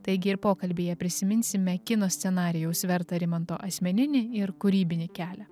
taigi ir pokalbyje prisiminsime kino scenarijaus vertą rimanto asmeninį ir kūrybinį kelią